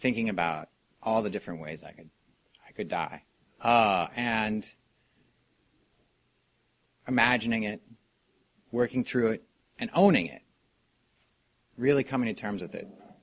thinking about all the different ways i could i could die and imagining it working through it and owning it really coming to terms